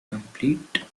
complete